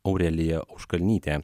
aurelija auškalnytė